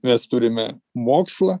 mes turime mokslą